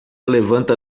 levanta